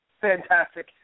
fantastic